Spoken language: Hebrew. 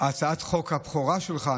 החוק הבכורה שלך.